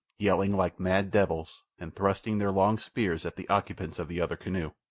yelling like mad devils and thrusting their long spears at the occupants of the other canoe.